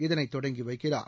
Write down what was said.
இதனை தொடங்கி வைக்கிறார்